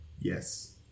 Yes